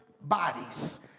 bodies